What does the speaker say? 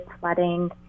flooding